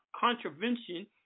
contravention